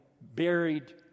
buried